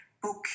Book